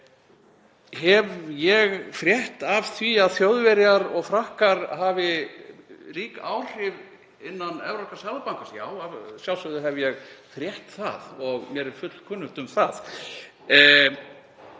Hef ég frétt af því að Þjóðverjar og Frakkar hafi rík áhrif innan Seðlabanka Evrópu? Já, að sjálfsögðu hef ég frétt það og mér er fullkunnugt um það.